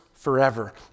forever